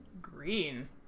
Green